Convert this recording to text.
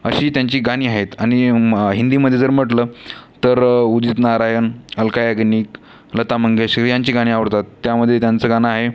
अशी त्यांची गाणी आहेत आणि हिंदीमध्ये जर म्हटलं तर उदित नारायण अलका याज्ञिक लता मंगेशकर ह्यांची गाणी आवडतात त्यामध्ये त्यांचं गाणं आहे